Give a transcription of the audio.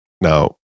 now